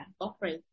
offering